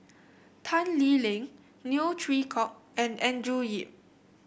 Tan Lee Leng Neo Chwee Kok and Andrew Yip